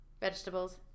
vegetables